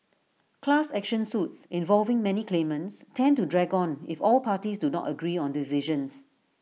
class action suits involving many claimants tend to drag on if all parties do not agree on decisions